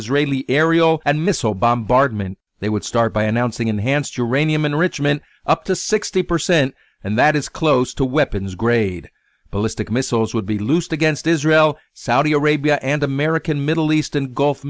israeli aerial and missile bombardment they would start by announcing enhanced uranium enrichment up to sixty percent and that is close to weapons grade ballistic missiles would be loosed against israel saudi arabia and american middle east and gulf